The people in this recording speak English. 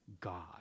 God